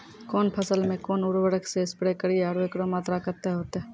कौन फसल मे कोन उर्वरक से स्प्रे करिये आरु एकरो मात्रा कत्ते होते?